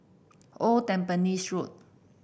Old Tampines Road